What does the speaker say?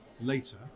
later